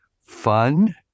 fun